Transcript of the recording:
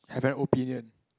have an opinion